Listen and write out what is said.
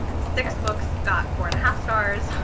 six books got four and a half stars,